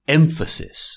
emphasis